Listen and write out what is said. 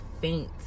faint